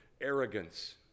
arrogance